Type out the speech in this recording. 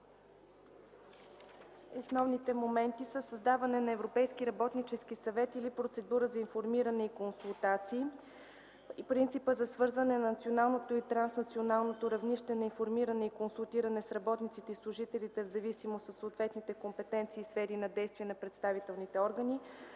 Основните моменти са: - създаване на Европейски работнически съвет или процедура за информиране и консултации; - принципа за свързване на националното и транснационалното равнище на информиране и консултиране с работниците и служителите в зависимост от съответните компетенции и сфери на действие на представителните органи;